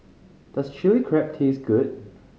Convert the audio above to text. does Chilli Crab taste good